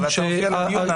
אבל אתה מפריע לדיון.